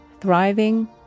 thriving